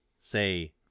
say